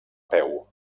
peu